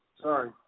sorry